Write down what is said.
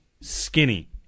Skinny